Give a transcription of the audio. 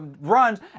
runs